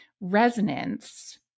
resonance